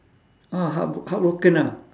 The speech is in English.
ah heartb~ heartbroken ah